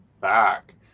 back